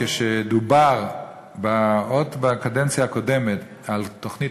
כשדובר עוד בקדנציה הקודמת על תוכנית